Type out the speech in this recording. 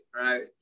right